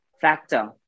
factor